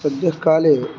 सद्यः काले